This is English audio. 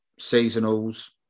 seasonals